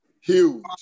Huge